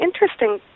interesting